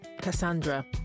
Cassandra